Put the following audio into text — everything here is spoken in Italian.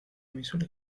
misure